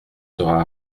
sera